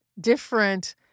different